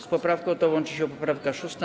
Z poprawką tą łączy się poprawka 6.